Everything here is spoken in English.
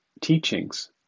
teachings